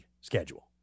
schedule